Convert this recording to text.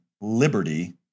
Liberty